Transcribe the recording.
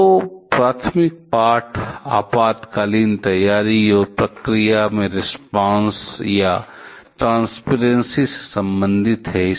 दो प्राथमिक पाठ आपातकालीन तैयारी और प्रक्रिया में रिस्पॉन्स और ट्रांसपिरन्सी से संबंधित हैं